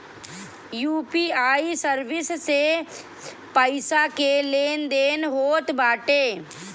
UPI service से पईसा के लेन देन होत बाटे